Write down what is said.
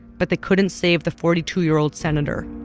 but they couldn't save the forty two year old senator.